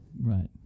right